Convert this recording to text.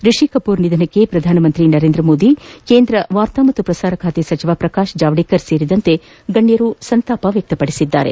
ರಿಷಿ ಕಪೂರ್ ನಿಧನಕ್ಕೆ ಪ್ರಧಾನಿ ನರೇಂದ್ರಮೋದಿ ಕೇಂದ್ರ ವಾರ್ತಾ ಮತ್ತು ಪ್ರಸಾರ ಖಾತೆ ಸಚಿವ ಪ್ರಕಾಶ್ ಜಾವಡೇಕರ್ ಸೇರಿದಂತೆ ಗಣ್ಣರ ಸಂತಾಪ ಸೂಚಿಸಿದ್ದಾರೆ